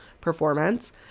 performance